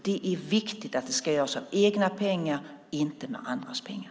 Det är viktigt att det görs med egna pengar, inte med andras pengar.